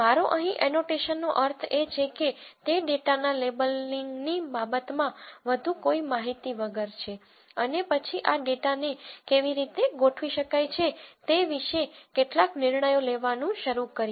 મારો અહીં એનોટેશનનો અર્થ એ છે કે તે ડેટાના લેબલિંગની બાબતમાં વધુ કોઈ માહિતી વગર છે અને પછી આ ડેટાને કેવી રીતે ગોઠવી શકાય છે તે વિશે કેટલાક નિર્ણયો લેવાનું શરૂ કરીએ